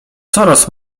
coraz